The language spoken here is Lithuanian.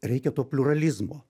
reikia to pliuralizmo